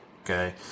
Okay